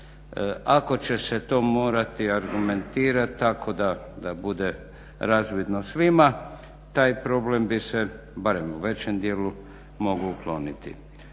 Ako će se to morati argumentirat tako da bude razvidno svima, taj problem bi se barem u većem dijelu mogu ukloniti.